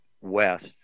west